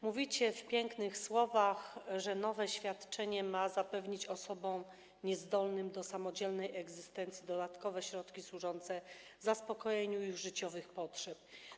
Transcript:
Mówicie w pięknych słowach, że nowe świadczenie ma zapewnić osobom niezdolnym do samodzielnej egzystencji dodatkowe środki służące zaspokojeniu ich życiowych potrzeb.